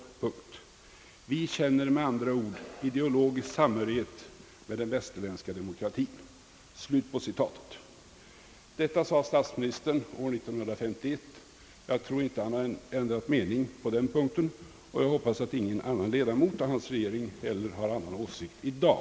Vi känner med andra ord ideologisk samhörighet med den västerländska demokratin.» Detta sade statsministern år 1951, och jag tror inte att han har ändrat mening på den punkten. Jag hoppas att inga ledamöter av hans regering har andra åsikter i dag.